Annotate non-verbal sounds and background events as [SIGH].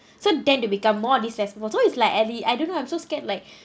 so tend to be more disrespectful so it's like at the I don't know I'm so scared like [BREATH]